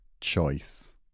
choice